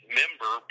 member